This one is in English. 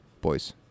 boys